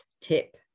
tip